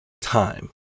time